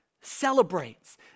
celebrates